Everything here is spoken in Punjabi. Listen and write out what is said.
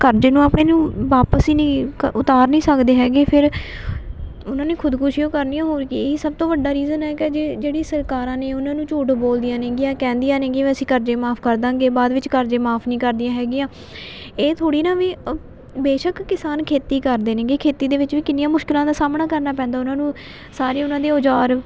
ਕਰਜ਼ੇ ਨੂੰ ਆਪਣੇ ਨੂੰ ਵਾਪਸ ਹੀ ਨਹੀਂ ਕ ਉਤਾਰ ਨਹੀਂ ਸਕਦੇ ਹੈਗੇ ਫਿਰ ਉਹਨਾਂ ਨੇ ਖੁਦਕੁਸ਼ੀ ਓ ਕਰਨੀ ਹੈ ਹੋਰ ਕੀ ਇਹੀ ਸਭ ਤੋਂ ਵੱਡਾ ਰੀਜ਼ਨ ਹੈਗਾ ਜੇ ਜਿਹੜੀ ਸਰਕਾਰਾਂ ਨੇ ਉਹਨਾਂ ਨੂੰ ਝੂਠ ਬੋਲਦੀਆਂ ਨੇ ਗੀਆਂ ਕਹਿੰਦੀਆਂ ਨੇ ਗੀਆਂ ਵੀ ਅਸੀਂ ਕਰਜ਼ੇ ਮਾਫ ਕਰ ਦੇਵਾਂਗੇ ਬਾਅਦ ਵਿੱਚ ਕਰਜ਼ੇ ਮਾਫ ਨਹੀਂ ਕਰਦੀਆਂ ਹੈਗੀਆਂ ਇਹ ਥੋੜ੍ਹੀ ਨਾ ਵੀ ਅ ਬੇਸ਼ੱਕ ਕਿਸਾਨ ਖੇਤੀ ਕਰਦੇ ਨੇਗੇ ਖੇਤੀ ਦੇ ਵਿੱਚ ਵੀ ਕਿੰਨੀਆਂ ਮੁਸ਼ਕਲਾਂ ਦਾ ਸਾਹਮਣਾ ਕਰਨਾ ਪੈਂਦਾ ਉਹਨਾਂ ਨੂੰ ਸਾਰੇ ਉਹਨਾਂ ਦੇ ਔਜ਼ਾਰ